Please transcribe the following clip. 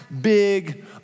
big